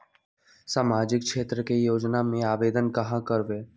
सामाजिक क्षेत्र के योजना में आवेदन कहाँ करवे?